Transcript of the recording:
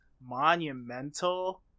monumental